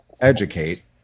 educate